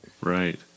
right